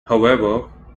however